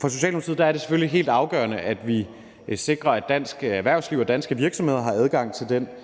For Socialdemokratiet er det selvfølgelig helt afgørende, at vi sikrer, at dansk erhvervsliv og danske virksomheder har adgang til den